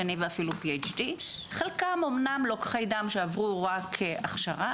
שני ואף PHD. חלקם לוקחי דם שעברו רק הכשרה